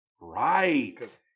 Right